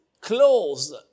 close